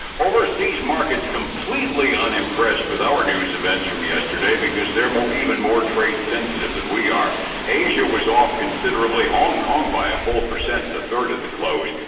overseas markets, completely unimpressed with our news events from yesterday, because they're more even more trade sensitive that we are asia was off considerably hong kong by a full percent in the third at the close.